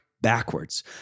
backwards